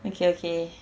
okay okay